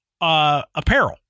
apparel